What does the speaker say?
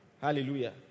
Hallelujah